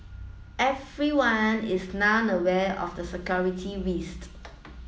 everyone is now aware of the security risk